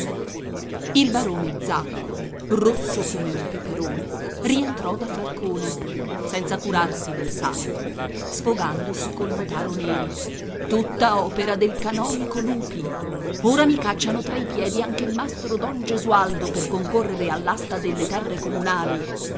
il barone zacco rosso come un peperone rientrò dal balcone senza curarsi del santo sfogandosi col notaro neri tutta opera del canonico lupi ora mi cacciano fra i piedi anche mastro don gesualdo per concorrere all'asta delle terre comunali